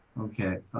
okay.